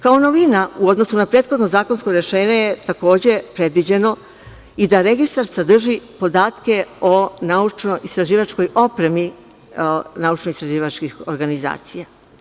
Kao novina u odnosu na prethodno zakonsko rešenje, takođe, predviđeno je da registar sadrži podatke o naučno-istraživačkoj opremi naučno-istraživačkih organizacija.